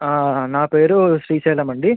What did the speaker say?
నా పేరు శ్రీశైలం అండి